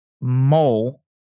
Mole